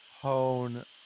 hone